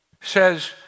says